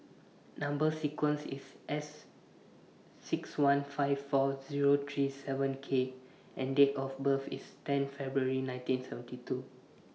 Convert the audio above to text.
Number sequence IS S six one five four Zero three seven K and Date of birth IS ten February nineteen seventy two